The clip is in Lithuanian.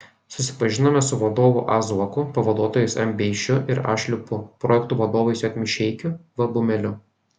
susipažinome su vadovu a zuoku pavaduotojais m beišiu ir a šliupu projektų vadovais j mišeikiu v bumeliu